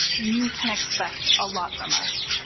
you can expect a lot from us.